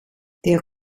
der